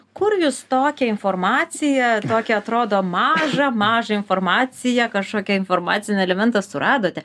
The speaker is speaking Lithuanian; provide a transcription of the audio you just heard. kur jūs tokią informaciją tokią atrodo mažą mažą informaciją kažkokią informacinį elementą suradote